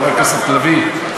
חברת הכנסת לביא,